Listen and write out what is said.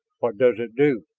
what does it do?